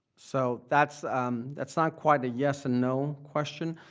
so that's that's not quite a yes and no question.